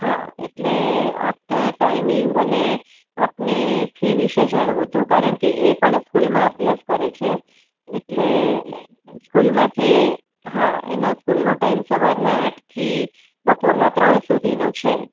હા એટલે આપના ટાઈમિંગ અને આપની ફી વિશે જાણવું હતું કારણ કે એ પણ સ્કૂલમાં અભ્યાસ કરે છે એટલે સ્કૂલમાંથી હા એનો સ્કૂલનો ટાઈમ સવારના આઠથી બપોરના ત્રણ સુધીનો છે